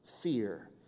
fear